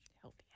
Healthy